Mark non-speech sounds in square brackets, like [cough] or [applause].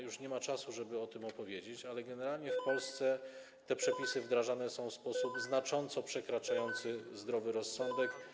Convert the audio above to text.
Już nie ma czasu, żeby o tym opowiedzieć, [noise] ale generalnie w Polsce te przepisy wdrażane są w sposób znacząco przekraczający zdrowy rozsądek.